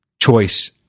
choice